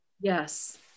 Yes